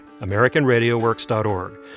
AmericanRadioWorks.org